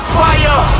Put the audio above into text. fire